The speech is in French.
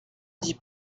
dis